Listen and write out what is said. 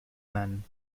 man